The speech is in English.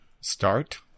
Start